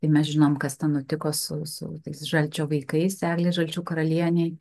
ir mes žinom kas ten nutiko su su tais žalčio vaikais eglei žalčių karalienei